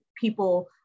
people